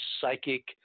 psychic